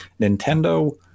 Nintendo